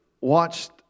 watched